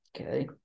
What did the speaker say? Okay